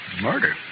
Murder